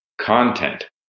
content